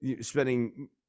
spending